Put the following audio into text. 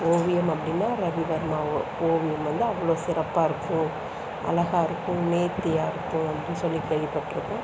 ஓவியம் அப்படினா ரவிவர்மா ஓவியம் வந்து அவ்வளோ சிறப்பாயிருக்கும் அழகாயிருக்கும் நேர்த்தியாயிருக்கும் அப்படின்னு சொல்லி கேள்விபட்டிருக்கோம்